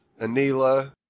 Anila